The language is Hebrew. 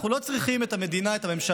אנחנו לא צריכים את המדינה, את הממשלה,